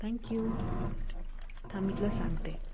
thank you थांब मी तुला सांगते